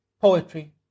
poetry